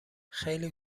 خیلی